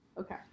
Okay